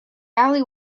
alley